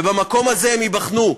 ובמקום הזה הם ייבחנו,